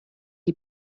die